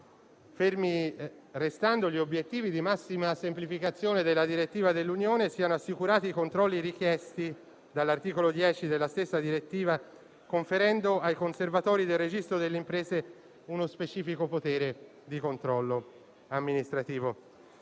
Fermi restando gli obiettivi di massima semplificazione della direttiva dell'Unione, devono essere assicurati i controlli richiesti dall'articolo 10 della stessa direttiva conferendo ai conservatori del registro delle imprese uno specifico potere di controllo amministrativo.